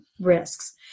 risks